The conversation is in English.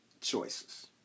Choices